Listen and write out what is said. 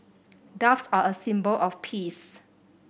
doves are a symbol of peace